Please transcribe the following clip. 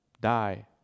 Die